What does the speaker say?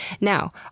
Now